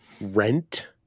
Rent